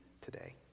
today